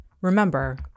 Remember